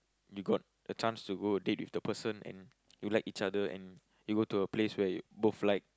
you got a chance to go a date with the person and you like each other and you go to a place where both like